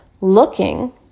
Looking